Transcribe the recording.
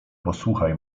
posłuchaj